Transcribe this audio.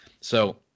So-